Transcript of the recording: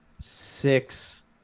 six